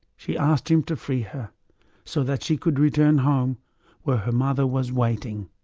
she asked him to free her so that she could return home where her mother was waiting.